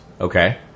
Okay